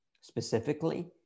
specifically